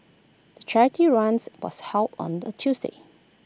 the charity runs was held on A Tuesday